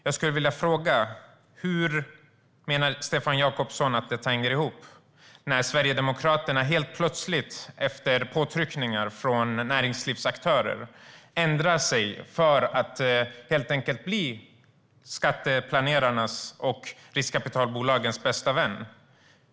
Jag skulle vilja fråga hur Stefan Jakobsson menar att det hänger ihop när Sverigedemokraterna helt plötsligt, efter påtryckningar från näringslivsaktörer, ändrar sig till att helt enkelt bli skatteplanerarnas och riskkapitalbolagens bästa vän.